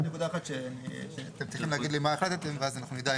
יש נקודה אחת שאתם צריכים להגיד לי מה החלטתם ואז נדע.